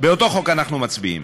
באותו חוק אנחנו מצביעים.